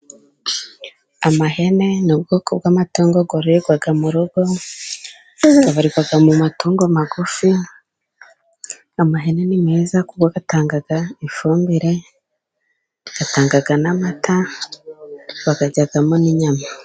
Amahene ni ubwoko bw'amatungo yororerwa mu rugo, abarirwa mu matungo magufi, amahene ni meza kuko atanga ifumbire atanga n'amata bayaryamo n'inyama.